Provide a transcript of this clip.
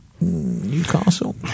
Newcastle